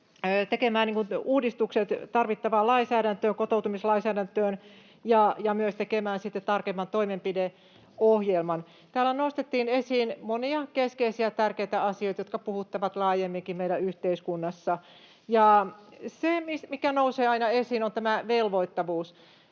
tekemään uudistukset tarvittavaan lainsäädäntöön, kotoutumislainsäädäntöön, ja myös tekemään tarkemman toimenpideohjelman. Täällä nostettiin esiin monia keskeisiä ja tärkeitä asioita, jotka puhuttavat laajemminkin meidän yhteiskunnassamme, ja se, mikä nousee aina esiin, on tämä velvoittavuus.